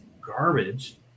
garbage